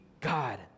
God